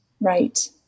Right